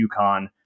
UConn